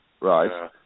right